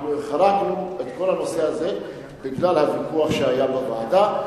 אנחנו החרגנו את כל הנושא הזה בגלל הוויכוח שהיה בוועדה.